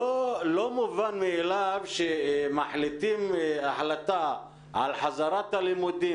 לא מובן מאליו שמחליטים החלטה לגבי חזרה ללימודים